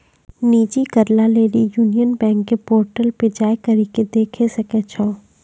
निजी कर्जा लेली यूनियन बैंक के पोर्टल पे जाय करि के देखै सकै छो